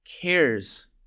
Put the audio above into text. cares